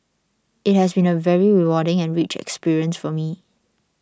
it has been a very rewarding and rich experience for me